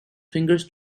fingers